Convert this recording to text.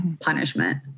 punishment